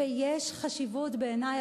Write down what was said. ויש חשיבות בעיני,